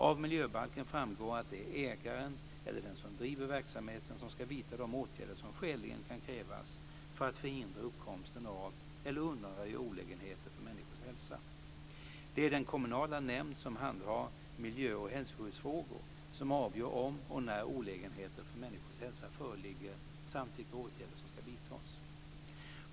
Av miljöbalken framgår att det är ägaren eller den som driver verksamheten som ska vidta de åtgärder som skäligen kan krävas för att förhindra uppkomsten av eller undanröja olägenheter för människors hälsa. Det är den kommunala nämnd som handhar miljö och hälsoskyddsfrågor som avgör om och när olägenheter för människors hälsa föreligger samt vilka åtgärder som ska vidtas.